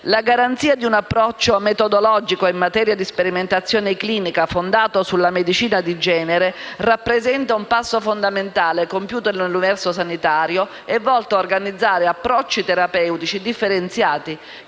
La garanzia di un approccio metodologico in materia di sperimentazione clinica fondato sulla medicina di genere rappresenta un passo fondamentale compiuto nell'universo sanitario e volto a organizzare approcci terapeutici differenziati